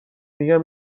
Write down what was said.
میگم